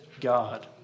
God